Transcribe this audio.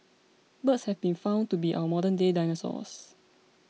birds have been found to be our modernday dinosaurs